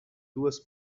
duas